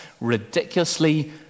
ridiculously